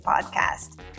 Podcast